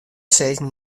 sizzen